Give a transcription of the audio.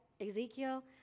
Ezekiel